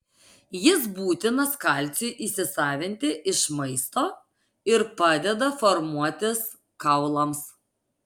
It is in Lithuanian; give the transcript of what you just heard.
jis būtinas kalciui įsisavinti iš maisto ir padeda formuotis kaulams